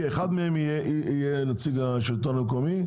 אחד מהם יהיה נציג השלטון המקומי.